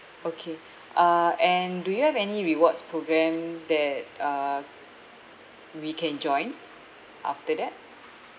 okay uh and do you have any rewards programme that uh we can join after that